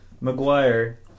Maguire